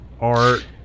art